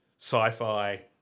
sci-fi